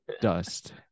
dust